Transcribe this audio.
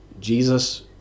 Jesus